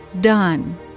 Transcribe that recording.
done